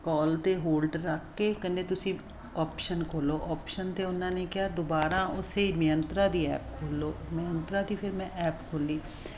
ਕਾਲ 'ਤੇ ਹੋਲਡ ਰੱਖ ਕੇ ਕਹਿੰਦੇ ਤੁਸੀਂ ਓਪਸ਼ਨ ਖੋਲ੍ਹੋ ਓਪਸ਼ਨ 'ਤੇ ਉਹਨਾਂ ਨੇ ਕਿਹਾ ਦੁਬਾਰਾ ਉਸੇ ਮਿਅੰਤਰਾ ਦੀ ਐਪ ਖੋਲ੍ਹੋ ਮਿਅੰਤਰਾ ਦੀ ਫਿਰ ਮੈਂ ਐਪ ਖੋਲ੍ਹੀ